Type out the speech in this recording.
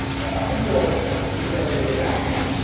and up until the discovery of a vacuum,